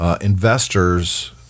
investors